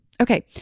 Okay